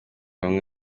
bamwe